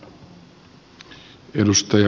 arvoisa puhemies